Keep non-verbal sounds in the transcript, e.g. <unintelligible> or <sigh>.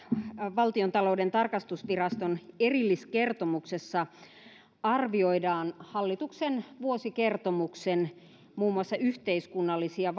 valtiontalouden tarkastusviraston erilliskertomuksessa arvioidaan muun muassa hallituksen vuosikertomuksen yhteiskunnallisia <unintelligible>